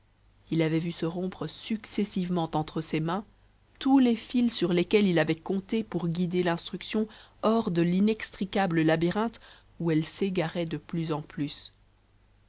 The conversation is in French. il avait vu se rompre successivement entre ses mains tous les fils sur lesquels il avait compté pour guider l'instruction hors de l'inextricable labyrinthe où elle s'égarait de plus en plus